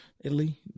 Italy